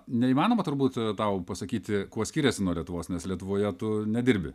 neįmanoma turbūt tau pasakyti kuo skiriasi nuo lietuvos nes lietuvoje tu nedirbi